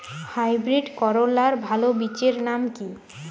Hybrid করলার ভালো বীজের নাম কি?